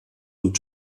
und